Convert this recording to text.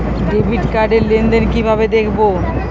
Debit card র লেনদেন কিভাবে দেখবো?